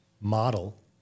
model